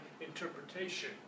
interpretation